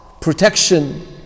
protection